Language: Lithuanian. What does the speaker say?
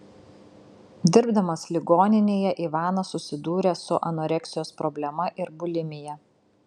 dirbdamas ligoninėje ivanas susidūrė su anoreksijos problema ir bulimija